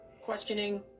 questioning